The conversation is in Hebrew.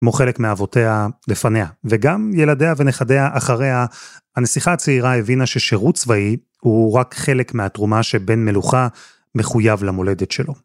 כמו חלק מאבותיה לפניה, וגם ילדיה ונכדיה אחריה. הנסיכה הצעירה הבינה ששירות צבאי הוא רק חלק מהתרומה שבן מלוכה מחויב למולדת שלו.